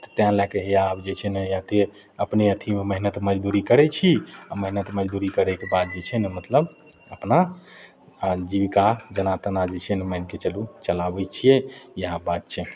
तऽ तेँ लऽ कऽ हैया आब जे छै ने हैया अते अपने अथीमे मेहनत मजदूरी करै छी मेहनत मजदूरी करैके बाद जे छै ने मतलब अपना जीविका जेना तेना जे छै ने माइन कऽ चलु चलाबै छियै यहए बात छै